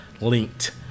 linked